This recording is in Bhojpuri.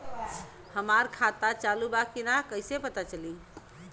हमार खाता चालू बा कि ना कैसे पता चली?